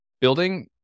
building